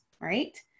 right